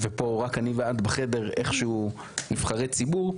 ופה רק אני ואת בחדר איכשהו נבחרי ציבור,